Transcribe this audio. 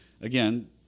again